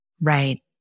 Right